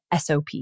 SOP